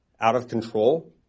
out-of-control